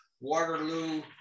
Waterloo